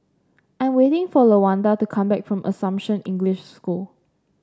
I am waiting for Lawanda to come back from Assumption English School